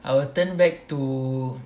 I will turn back to